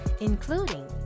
including